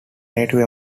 native